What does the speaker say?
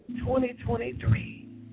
2023